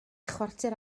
chwarter